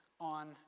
on